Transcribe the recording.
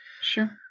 Sure